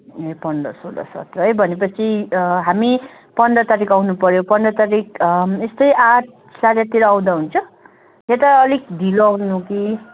ए पन्ध्र सोह्र सत्र है भनेपछि हामी पन्ध्र तारिक आउनु पऱ्यो पन्ध्र तारिक यस्तै आठ साँढे आठतिर आउँदा हुन्छ या त अलिक ढिलो आउनु कि